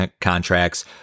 contracts